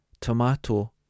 tomato